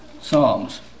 psalms